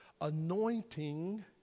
anointing